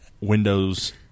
Windows